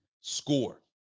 Score